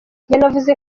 yanavuze